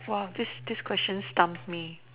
!wah! this this question stumped me